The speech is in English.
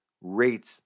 rates